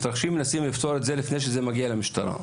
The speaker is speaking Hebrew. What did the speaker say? מנסים לפתור אותם לפני שזה מגיע למשטרה.